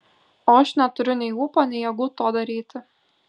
o aš neturiu nei ūpo nei jėgų to daryti